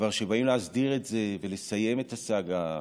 וכשכבר באים להסדיר את זה ולסיים את הסאגה,